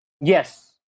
Yes